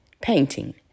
painting